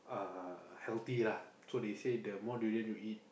uh healthy lah so they say the more durian you eat